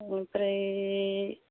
ओमफ्राय